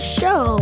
show